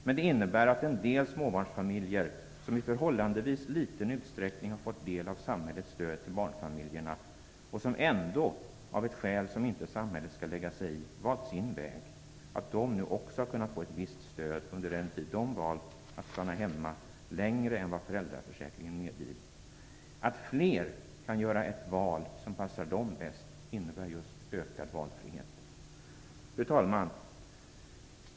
Men det innebär att en del småbarnsfamiljer som i förhållandevis liten utsträckning har fått del av samhällets stöd till barnfamiljerna - och som ändå, av ett skäl som inte samhället skall lägga sig i, valt sin väg - nu också har kunnat få ett visst stöd under den tid de valt att stanna hemma längre än vad föräldraförsäkringen medgivit. Att fler kan göra ett val som passar dem bäst innebär just ökad valfrihet. Fru talman!